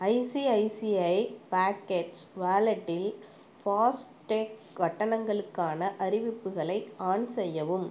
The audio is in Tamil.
ஐசிஐசிஐ பாக்கெட்ஸ் வாலெட்டில் ஃபாஸ்டேக் கட்டணங்களுக்கான அறிவிப்புகளை ஆன் செய்யவும்